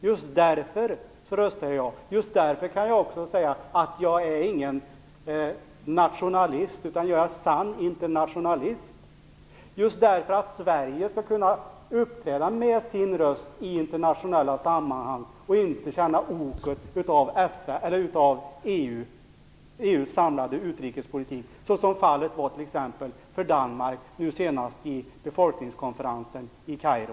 Just därför kan jag säga att jag är ingen nationalist utan en sann internationalist, just därför att Sverige skall kunna uppträda med sin röst i internationella sammanhang och inte känna oket av EU:s samlade utrikespolitik, såsom fallet var t.ex. för Danmark nu senast vid befolkningskonferensen i Kairo.